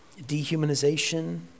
dehumanization